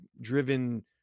driven